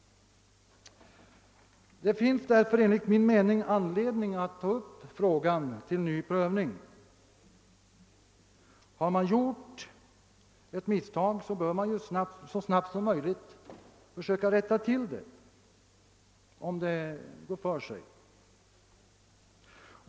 Det finns enligt min mening anledning att ta upp frågan till ny prövning. Har man begått ett misstag bör man så snabbt som möjligt försöka rätta till det.